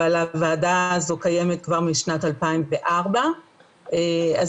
אבל הוועדה הזו קיימת כבר משנת 2004. אז